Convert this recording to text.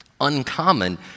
Uncommon